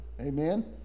Amen